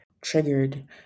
triggered